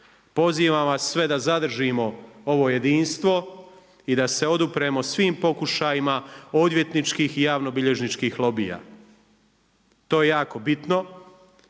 Pozivam vas sve da zadržimo ovo jedinstvo i da se odupremo svim pokušajima odvjetničkih i javnobilježničkih lobija. To je jako bitno,